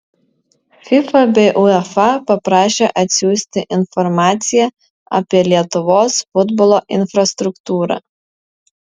fifa bei uefa paprašė atsiųsti informaciją apie lietuvos futbolo infrastruktūrą